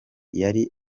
yari